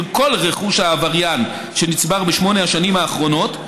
של כל רכוש העבריין שנצבר בשמונה השנים האחרונות,